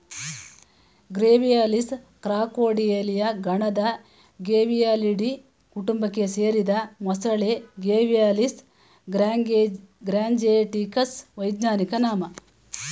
Gavialis ಕ್ರಾಕೊಡಿಲಿಯ ಗಣದ ಗೇವಿಯಾಲಿಡೀ ಕುಟುಂಬಕ್ಕೆ ಸೇರಿದ ಮೊಸಳೆ ಗೇವಿಯಾಲಿಸ್ ಗ್ಯಾಂಜೆಟಿಕಸ್ ವೈಜ್ಞಾನಿಕ ನಾಮ